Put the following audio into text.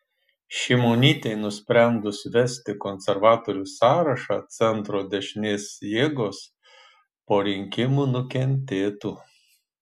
šimonytei nusprendus vesti konservatorių sąrašą centro dešinės jėgos po rinkimų nukentėtų